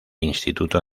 instituto